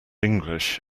english